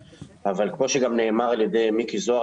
אבל כמו שגם נאמר על ידי מיקי זוהר,